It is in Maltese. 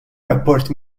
rapport